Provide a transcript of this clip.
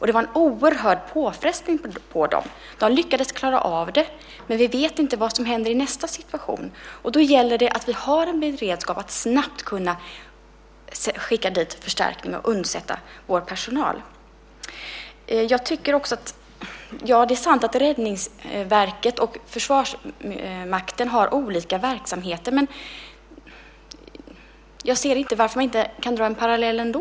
Det var en oerhörd påfrestning på dem. De lyckades klara av det, men vi vet inte vad som händer i nästa situation. Då gäller det att ha en beredskap att snabbt kunna skicka förstärkning och undsätta vår personal. Det är sant att Räddningsverket och Försvarsmakten har olika verksamheter, men jag ser inte varför man inte kan dra en parallell ändå.